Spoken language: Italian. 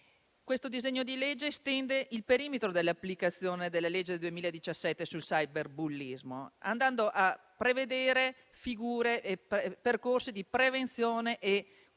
Questo disegno di legge estende il perimetro dell'applicazione della legge del 2017 sul cyberbullismo, andando a prevedere figure e percorsi di prevenzione e